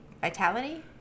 vitality